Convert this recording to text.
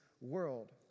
world